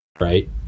right